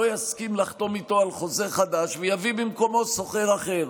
לא יסכים לחתום איתו על חוזה חדש ויביא במקומו שוכר אחר.